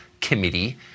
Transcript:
committee